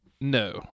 no